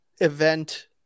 event